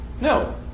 No